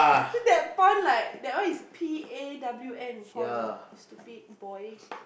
that pawn like that one is P A W N pawn you stupid boy